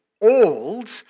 old